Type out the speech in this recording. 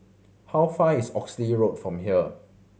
how far is Oxley Road from here